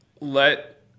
let